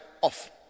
off